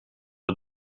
het